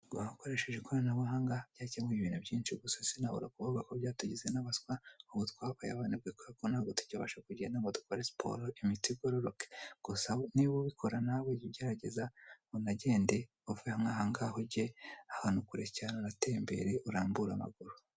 Guhaha ukoresheje ikoranabuhanga byakemuye ibintu byinshi gusa simabura no kukubwira ko byatugize n'abaswa, kuko twabaye n'abanebwe ntabwo tukibasha kugenda ngo dukore siporo, imitsi igororoke. Niba ubikora nawe jya ugerageza unagende uve nk'ahangaha ugere ahantu kure cyane unatembere urambure amaguru.